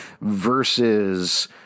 versus